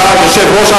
אתה יושב-ראש,